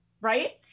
Right